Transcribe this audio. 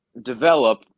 Develop